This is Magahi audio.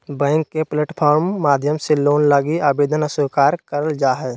बैंक के प्लेटफार्म माध्यम से लोन लगी आवेदन स्वीकार करल जा हय